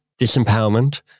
disempowerment